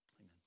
Amen